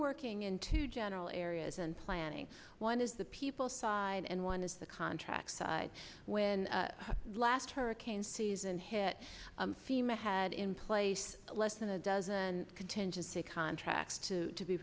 working into general areas and planning one is the people side and one is the contract side when last hurricane season hit fema had in place less than a dozen contingency contracts to to be